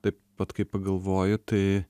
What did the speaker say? taip pat kai pagalvoju tai